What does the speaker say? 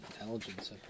intelligence